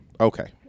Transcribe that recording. Okay